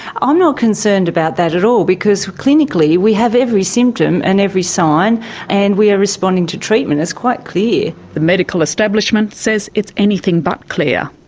i'm not concerned about that at all because clinically we have every symptom and every sign and we are responding to treatment. it's quite clear. the medical establishment says it's anything but clear.